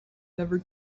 never